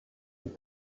amb